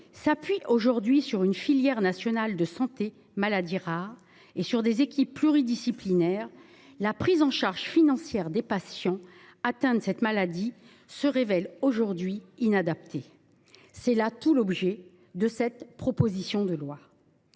s’appuie aujourd’hui sur une filière nationale de santé maladies rares et sur des équipes pluridisciplinaires, la prise en charge financière des patients atteints de cette maladie se révèle aujourd’hui inadaptée. Il s’agit d’y remédier. C’est là tout l’objet de cette proposition de loi.